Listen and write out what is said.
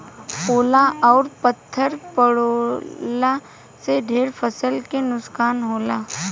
ओला अउर पत्थर पड़लो से ढेर फसल के नुकसान होला